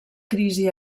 crisi